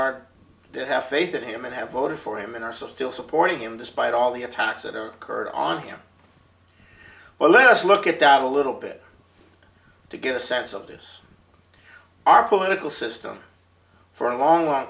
are they have faith in him and have voted for him and are so still supporting him despite all the attacks that are occurred on him well let's look at that a little bit to get a sense of this our political system for a long long